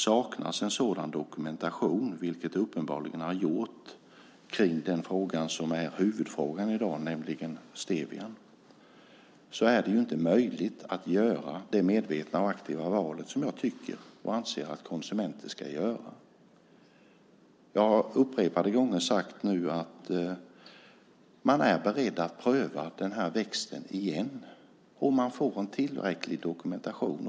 Saknas en sådan dokumentation, vilket det uppenbarligen har gjort kring dagens huvudfråga, nämligen stevian, är det inte möjligt att göra det medvetna och aktiva valet som jag anser att konsumenter ska göra. Jag har upprepade gånger sagt att vi är beredda att pröva växten igen om vi får en tillräcklig dokumentation.